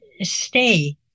stay